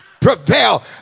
prevail